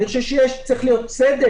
אני חושב שצריך להיות צדק,